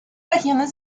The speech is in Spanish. regiones